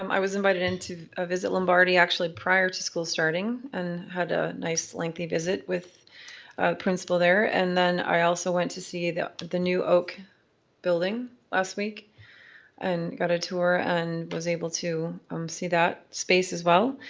um i was invited in to ah visit lombardi actually prior to school starting and had a nice lengthy visit with the principal there. and i also went to see the the new oak building last week and got a tour and was able to um see that space as well.